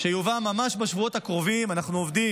שיובא ממש בשבועות הקרובים, אנחנו עובדים